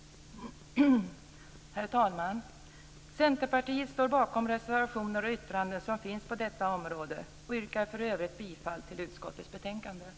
Herr talman! Centerpartiet står bakom reservationer och yttranden som finns på detta område, och jag yrkar i övrigt bifall till utskottets hemställan.